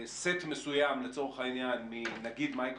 סט של מסוים, לצורך העניין, נגיד, ממייקרוסופט,